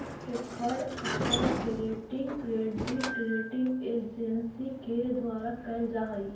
preferred stock के rating credit rating agency के द्वारा कैल जा हइ